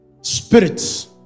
spirits